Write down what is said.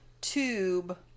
tube